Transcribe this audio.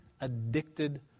addicted